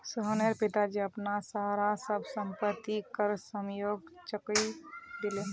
सोहनेर पिताजी अपनार सब ला संपति कर समयेत चुकई दिले